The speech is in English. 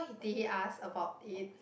did he ask about it